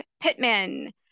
Pittman